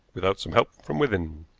without some help from within.